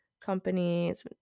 Companies